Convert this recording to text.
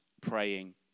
praying